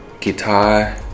guitar